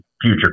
future